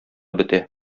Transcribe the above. бетә